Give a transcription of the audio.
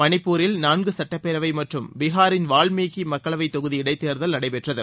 மணிப்பூரில் நான்கு சட்டப்பேரவை மற்றும் பீகாரின் வால்மீகி மக்களவை தொகுதி இடைத்தேர்தல் நடைபெற்றது